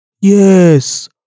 Yes